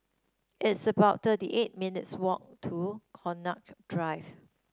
it's about thirty eight minutes' walk to Connaught Drive